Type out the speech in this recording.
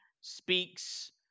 speaks